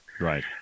Right